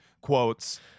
quotes